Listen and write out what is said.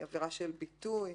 היא עבירה של ביטוי.